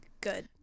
Good